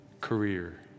career